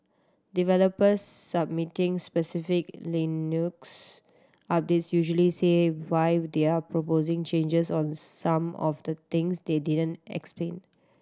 developers submitting specific Linux updates usually say why they're proposing changes on some of the things they didn't explain